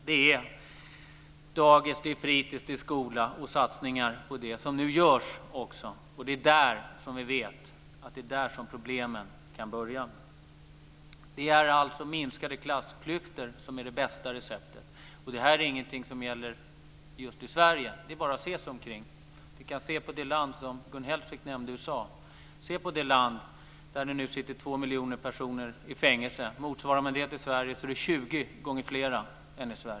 Det görs nu också satsningar på dagis, fritis och skola, och vi vet att det är där som problemen kan börja. Det är alltså minskade klassklyftor som är det bästa receptet. Det här är ingenting som gäller just i Sverige. Det är bara att se oss omkring. Vi kan se på det land som Gun Hellsvik nämnde, USA, där det nu sitter två miljoner personer i fängelse. Jämför man det med hur det är i Sverige är det 20 gånger flera.